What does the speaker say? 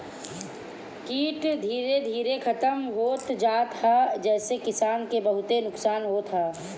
कीट धीरे धीरे खतम होत जात ह जेसे किसान के बहुते नुकसान होत बा